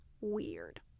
weird